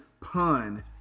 pun